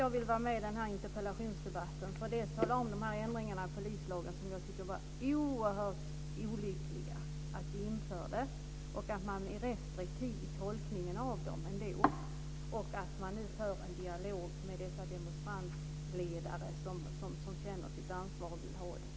Jag vill vara med i den här interpellationsdebatten för att tala om dessa ändringar av polislagen som jag tycker att det var oerhört olyckligt att vi införde, att man ändå ska vara restriktiv i tolkningen av dem och att man ska föra en dialog med dessa demonstrationsledare som känner sitt ansvar och vill ha det.